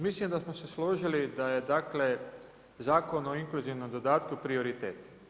Misli da smo se složili da je dakle zakon o inkluzivnom dodatku prioritet.